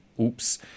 oops